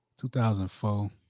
2004